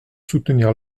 soutenir